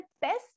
best